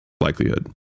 likelihood